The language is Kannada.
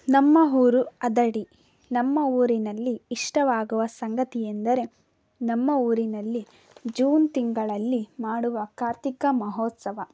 ನಮ್ಮ ಊರು ಅದಡಿ ನಮ್ಮ ಊರಿನಲ್ಲಿ ಇಷ್ಟವಾಗುವ ಸಂಗತಿ ಎಂದರೆ ನಮ್ಮ ಊರಿನಲ್ಲಿ ಜೂನ್ ತಿಂಗಳಲ್ಲಿ ಮಾಡುವ ಕಾರ್ತಿಕ ಮಹೋತ್ಸವ